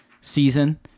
season